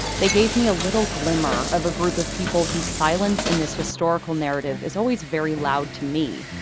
they gave me a little glimmer of a group of people whose silence in this historical narrative is always very loud to me,